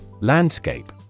Landscape